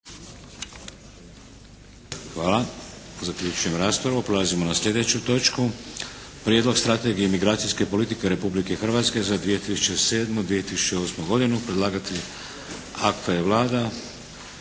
Vladimir (HDZ)** Prelazimo na sljedeću točku. - Prijedlog strategije migracijske politike Republike Hrvatske za 2007./2008. godinu. Predlagatelj akta je Vlada.